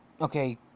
Okay